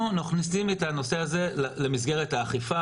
אנחנו מכניסים את הנושא הזה למסגרת האכיפה,